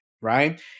right